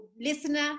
listener